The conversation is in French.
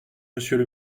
monsieur